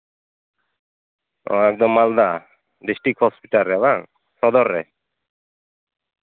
ᱚ ᱮᱠᱫᱚᱢ ᱢᱟᱞᱫᱟ ᱰᱤᱥᱴᱤᱠ ᱦᱚᱥᱯᱤᱴᱟᱞ ᱨᱮ ᱵᱟᱝ ᱥᱚᱫᱚᱨ ᱨᱮ